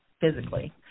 physically